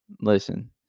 listen